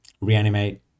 reanimate